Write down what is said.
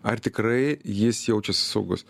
ar tikrai jis jaučiasi saugus